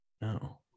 no